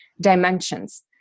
dimensions